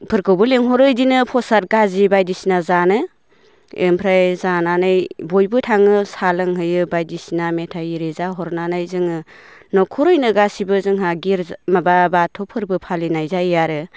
फोरखौबो लिंहरो इदिनो फ्रसाद गाज्रि बायदिसिना जानो ओमफ्राय जानानै बयबो थाङो साहा लोंहोयो बायदिसिना मेथाइ इरि जाहो हरनानै जोङो न'खरैनो गासिबो जोंहा गिरजा माबा बाथौ फोरबो फालिनाय जायो आरो